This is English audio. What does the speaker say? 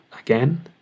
again